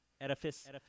Edifice